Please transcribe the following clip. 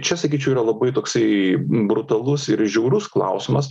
čia sakyčiau yra labai toksai brutalus ir žiaurus klausimas